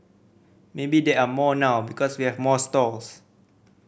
maybe there are more now because we have more stalls